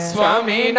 Swami